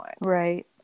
Right